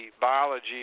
biology